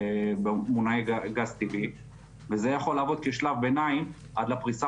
מונעי גז טבעי וזה יכול לעבוד כשלב ביניים עד לפריסה